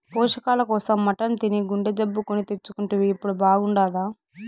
పోషకాల కోసం మటన్ తిని గుండె జబ్బు కొని తెచ్చుకుంటివి ఇప్పుడు బాగుండాదా